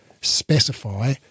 specify